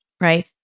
right